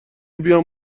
بیام